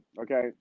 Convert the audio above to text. okay